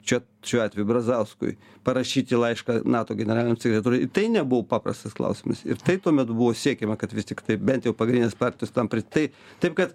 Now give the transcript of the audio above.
čia šiuo atveju brazauskui parašyti laišką nato generaliniam sekretoriui tai nebuvo paprastas klausimas ir tai tuomet buvo siekiama kad vis tiktai bent jau pagrindinės partijos tam pri tai taip kad